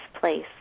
place